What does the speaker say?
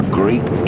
great